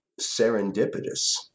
serendipitous